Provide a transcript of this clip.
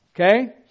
Okay